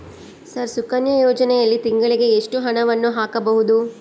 Sir Sukanya ಯೋಜನೆಯಲ್ಲಿ ತಿಂಗಳಿಗೆ ಎಷ್ಟು ಹಣವನ್ನು ಹಾಕಬಹುದು?